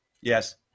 yes